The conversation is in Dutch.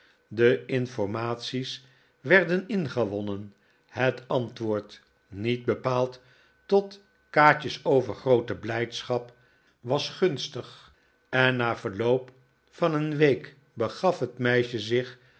de informaties werden ingewonnen het antwoord niet bepaald tot kaatje's overgroote blijdschap was gunstig en na verloop van een week begaf het meisje zich